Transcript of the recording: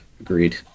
agreed